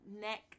neck